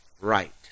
right